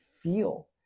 feel